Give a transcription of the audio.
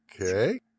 Okay